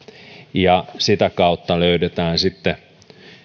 ja sitä kautta löydetään sitten